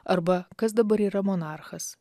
arba kas dabar yra monarchas